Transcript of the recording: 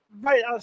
right